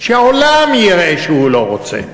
שהעולם יראה שהוא לא רוצה.